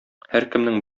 һәркемнең